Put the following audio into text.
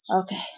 okay